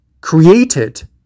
created